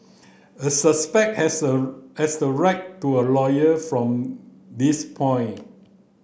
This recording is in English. a suspect has a has the right to a lawyer from this point